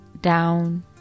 down